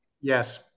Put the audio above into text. Yes